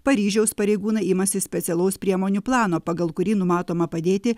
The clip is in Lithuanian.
paryžiaus pareigūnai imasi specialaus priemonių plano pagal kurį numatoma padėti